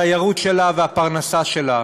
התיירות שלה והפרנסה שלה.